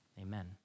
amen